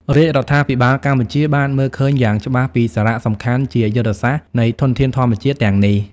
រាជរដ្ឋាភិបាលកម្ពុជាបានមើលឃើញយ៉ាងច្បាស់ពីសារៈសំខាន់ជាយុទ្ធសាស្ត្រនៃធនធានធម្មជាតិទាំងនេះ។